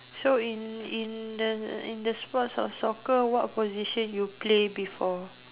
so in in the in the sports of soccer what position you play before